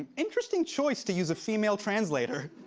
interesting choice to use a female translator.